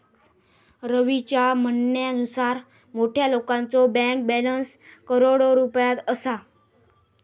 रवीच्या म्हणण्यानुसार मोठ्या लोकांचो बँक बॅलन्स करोडो रुपयात असा